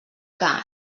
que